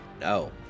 no